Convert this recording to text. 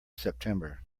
september